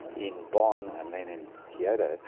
in bonn and then in kyoto.